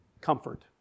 comfort